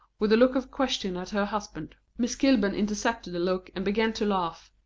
with a look of question at her husband. miss kilburn intercepted the look, and began to laugh.